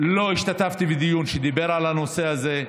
לא השתתפתי בדיון שדיבר על הנושא הזה,